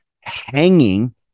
hanging